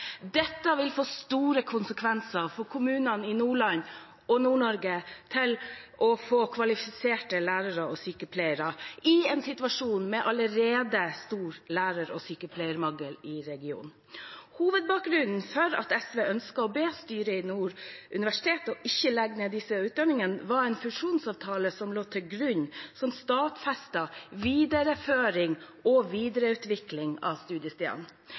Dette vil få store konsekvenser for kommunene i Nordland, og Nord-Norge, med hensyn til å få kvalifiserte lærere og sykepleiere, i en situasjon der det allerede er stor lærer- og sykepleiermangel i regionen. Hovedbakgrunnen for at SV ønsket å be styret i Nord universitet om ikke å legge ned disse utdanningene, var en fusjonsavtale som lå til grunn som stadfestet videreføring og videreutvikling av studiestedene.